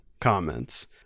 comments